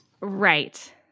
right